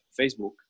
Facebook